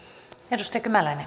arvoisa